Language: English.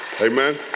Amen